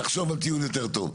תחשוב על טיעון יותר טוב.